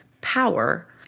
power